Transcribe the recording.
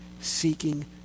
seeking